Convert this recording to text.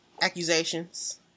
accusations